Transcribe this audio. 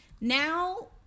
Now